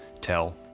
tell